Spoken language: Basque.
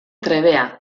trebea